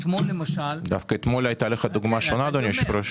אתמול למשל -- דווקא אתמול הייתה לך דוגמה שונה אדוני היושב ראש.